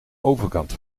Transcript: overkant